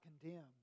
condemn